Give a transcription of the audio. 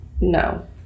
No